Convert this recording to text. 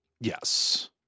Yes